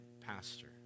pastor